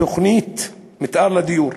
תוכנית מתאר לדיור,